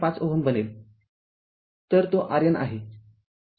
५ Ω बनेल तर तो RN आहे